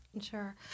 Sure